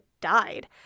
died